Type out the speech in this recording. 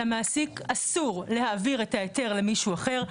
למעסיק אסור להעביר את ההיתר למישהו אחר.